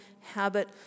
habit